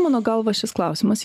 mano galva šis klausimas